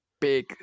big